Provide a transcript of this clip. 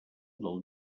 del